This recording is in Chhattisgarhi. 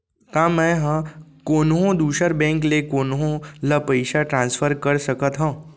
का मै हा कोनहो दुसर बैंक ले कोनहो ला पईसा ट्रांसफर कर सकत हव?